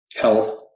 Health